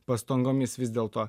pastangomis vis dėlto